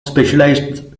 specialised